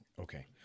Okay